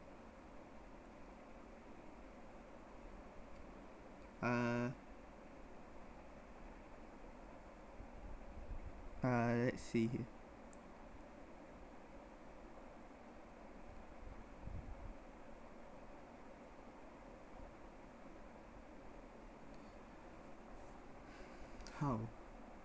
uh uh let's see how